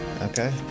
okay